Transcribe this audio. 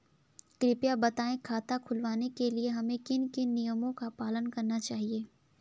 कृपया बताएँ खाता खुलवाने के लिए हमें किन किन नियमों का पालन करना चाहिए?